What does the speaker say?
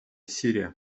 сирия